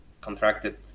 contracted